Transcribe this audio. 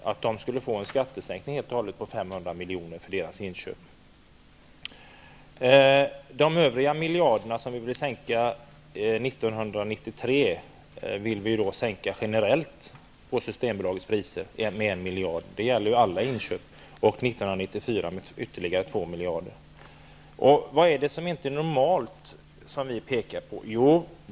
Branschen skulle få en skattsänkning på 500 miljoner på inköpen. Vi vill sänka Systembolagets priser generellt 1993 med 1 miljard. Det gäller alla inköp. Vi vill sänka priserna 1994 med ytterligare 2 Karin Pilsäter frågar vad det är vi menar inte är normalt.